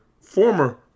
former